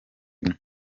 imwe